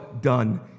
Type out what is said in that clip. done